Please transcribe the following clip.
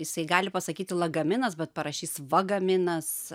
jisai gali pasakyti lagaminas bet parašys vagaminas